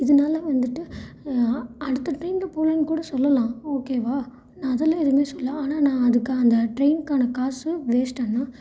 இதனால வந்துட்டு அடுத்த ட்ரெயினில் போகலான்னு கூட சொல்லலாம் ஓகேவா நான் அதெல்லாம் எதுவுமே சொல்லல ஆனால் நான் அதுக்கு அந்த ட்ரெயினுக்கான காசு வேஸ்ட்டு அண்ணா